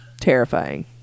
terrifying